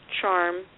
charm